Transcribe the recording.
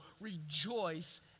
rejoice